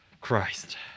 Christ